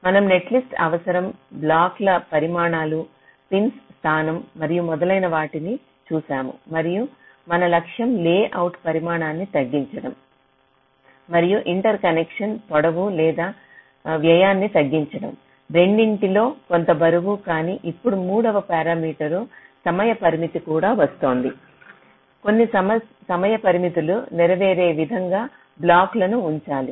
మనం నెట్లిస్ట్ అవసరం బ్లాక్ల పరిమాణాలు పిన్ల స్థానం మరియు మొదలైనవాటిని చూశాము మరియు మన లక్ష్యం లేఅవుట్ పరిమాణాన్ని తగ్గించడం మరియు ఇంటర్ కనెక్షన్ పొడవు లేదా వ్యయాన్ని తగ్గించడం రెండింటిలో కొంత బరువు కానీ ఇప్పుడు మూడవ పారామీటర్ సమయ పరిమితి కూడా వస్తుంది కొన్ని సమయ పరిమితులు నెరవేరే విధంగా బ్లాక్లను ఉంచాలి